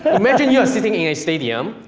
imagine you are sitting in a stadium,